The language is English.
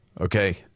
Okay